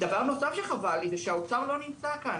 דבר נוסף שחבל לי, זה שהאוצר לא נמצא כאן.